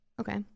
Okay